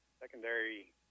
Secondary